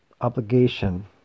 obligation